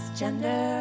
gender